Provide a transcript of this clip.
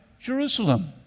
Jerusalem